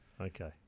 okay